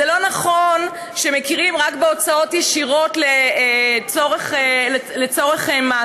זה לא נכון שמכירים רק בהוצאות ישירות לצורך מס.